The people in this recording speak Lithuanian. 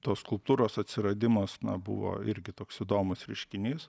tos skulptūros atsiradimas na buvo irgi toks įdomus reiškinys